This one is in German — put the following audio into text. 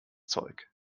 zeug